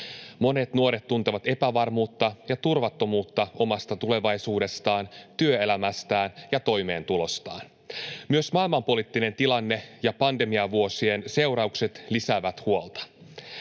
Monet nuoret tuntevat epävarmuutta ja turvattomuutta omasta tulevaisuudestaan, työelämästään ja toimeentulostaan. Myös maailmanpoliittinen tilanne ja pandemiavuosien seuraukset lisäävät huolta.